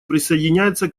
присоединяется